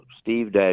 Steve